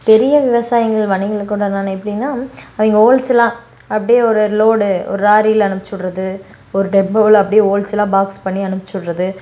பெரிய விவசாய வணிகங்களுடனான அவங்க ஹோல் சேலாக அப்டி ஒரு லோடு ஒரு லாரில அனுப்பிச்சிவுட்றது ஒரு டெம்போவில அப்டி ஹோல் சேலாக பாக்ஸ் பண்ணி அனுப்பிச்சிவுட்றது